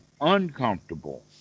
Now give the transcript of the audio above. uncomfortable